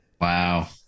Wow